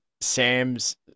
Sam's